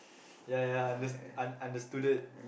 yeah yeah yeah yeah underst~ understooded